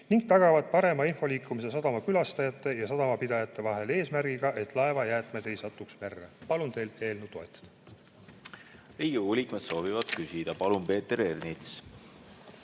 ning tagavad parema infoliikumise sadama külastajate ja sadamapidajate vahel eesmärgiga, et laevajäätmed ei satuks merre. Palun teil eelnõu toetada. Riigikogu liikmed soovivad küsida. Palun, Peeter Ernits!